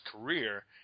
career